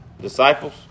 disciples